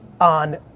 on